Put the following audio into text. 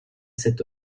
cet